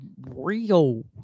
real